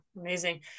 amazing